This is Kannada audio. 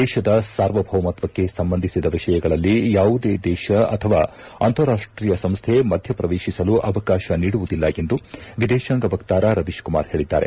ದೇಶದ ಸಾರ್ವಭೌಮತ್ವಕ್ಕೆ ಸಂಬಂಧಿಸಿದ ವಿಷಯಗಳಲ್ಲಿ ಯಾವುದೇ ದೇಶ ಅಥವಾ ಅಂತಾರಾಷ್ಷೀಯ ಸಂಸ್ಹೆ ಮಧ್ಯಪ್ರವೇಶಿಸಲು ಅವಕಾಶ ನೀಡುವುದಿಲ್ಲ ಎಂದು ವಿದೇಶಾಂಗ ವಕ್ತಾರ ರವೀಶ್ ಕುಮಾರ್ ಹೇಳಿದ್ದಾರೆ